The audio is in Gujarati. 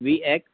વી એક્ષ